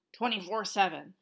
24-7